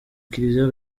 kiliziya